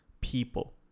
people